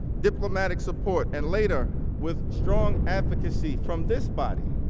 diplomatic support, and later, with strong advocacy from this body,